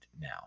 now